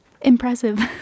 Impressive